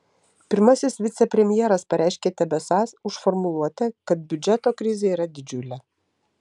pirmasis vicepremjeras pareiškė tebesąs už formuluotę kad biudžeto krizė yra didžiulė